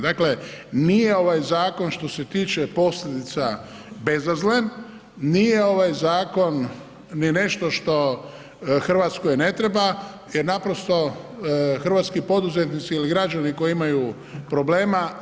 Dakle nije ovaj zakon što se tiče posljedica bezazlen, nije ovaj zakon ni nešto što Hrvatskoj ne treba jer naprosto hrvatski poduzetnici ili građani koji imaju problema.